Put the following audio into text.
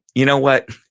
you know what,